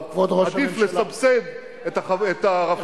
החברתי שלי.